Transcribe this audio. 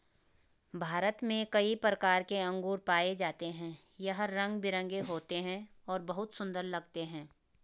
भारत में कई प्रकार के अंगूर पाए जाते हैं यह रंग बिरंगे होते हैं और बहुत सुंदर लगते हैं